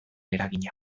eragina